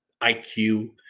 IQ